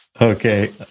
Okay